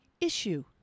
issue